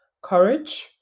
courage